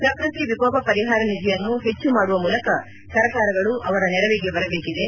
ಪ್ರಕೃತಿ ವಿಕೋಪ ಪರಿಹಾರ ನಿಧಿಯನ್ನು ಹೆಚ್ಚು ಮಾಡುವ ಮೂಲಕ ಸರ್ಕಾರಗಳು ಅವರ ನೆರವಿಗೆ ಬರಬೇಕಿದೆ